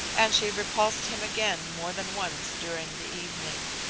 and she repulsed him again more than once during the evening.